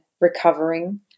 recovering